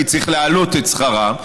כי צריך להעלות את שכרם.